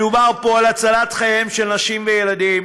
מדובר פה על הצלת חייהן של נשים וילדים.